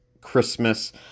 Christmas